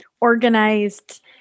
organized